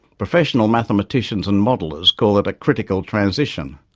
professional mathematicians and modellers call it a critical transition.